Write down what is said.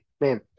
man